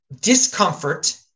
discomfort